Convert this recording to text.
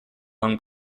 lung